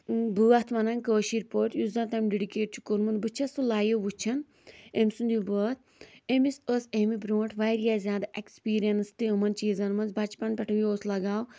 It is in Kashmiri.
بٲتھ وَنان کٲشِر پٲٹھۍ یُس زَنہٕ تٔمۍ ڈِڈِکیٹ چھُ کوٚمُت بہٕ چھَس سُہ لایِو وٕچھان أمۍ سُنٛد یہِ بٲتھ أمِس ٲسۍ أمہِ برونٛٹھ واریاہ زیادٕ ایٚکٕسپیٖرنَس تہِ یِمَن چیٖزَن منٛز بَچٕپَنٕہ پٮ۪ٹھٕے اوس لگاو